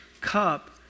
cup